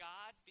God